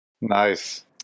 nice